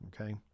okay